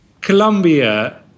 Colombia